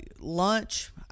Lunch